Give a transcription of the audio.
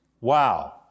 Wow